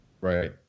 Right